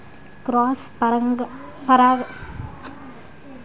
Cross పరాగసంపర్కం జరిగే మొక్కల పేర్లు చెప్పండి?